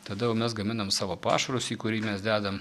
tada jau mes gaminam savo pašarus į kurį mes dedam